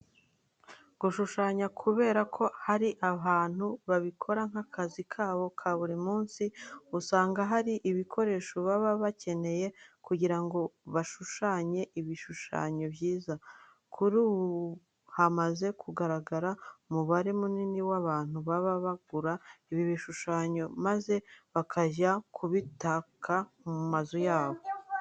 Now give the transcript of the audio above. Gushushanya kubera ko hari abantu babikora nk'akazi kabo ka buri munsi, usanga hari ibikoresho baba bakeneye kugira ngo bashushanye ibishushanyo byiza. Kuri ubu hamaze kugaragara umubare munini w'abantu baba bagura ibi bishushanyo maze bakajya kubitaka mu mazu yabo.